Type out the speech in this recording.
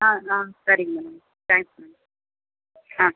ஆ ஆ சரிங்க madam thanks madam ஆ